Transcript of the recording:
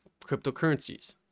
cryptocurrencies